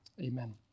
Amen